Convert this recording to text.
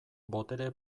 botere